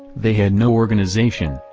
they had no organization,